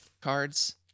cards